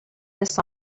this